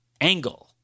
angle